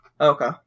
Okay